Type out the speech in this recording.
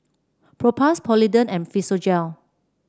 Propass Polident and Physiogel